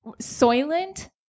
Soylent